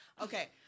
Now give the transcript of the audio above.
Okay